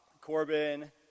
Corbin